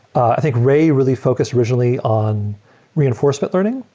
i think ray really focused originally on reinforcement learning,